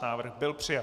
Návrh byl přijat.